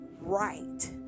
right